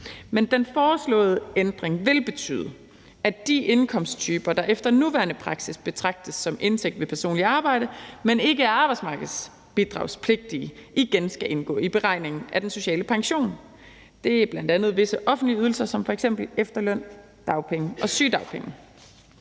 Men den foreslåede ændring vil betyde, at de indkomsttyper, der efter nuværende praksis betragtes som indtægt ved personligt arbejde, men ikke er arbejdsmarkedsbidragspligtige, igen skal indgå i beregningen af den sociale pension. Det er bl.a. visse offentlige ydelser som f.eks. efterløn, dagpenge og sygedagpenge.